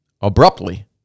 Abruptly